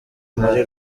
muri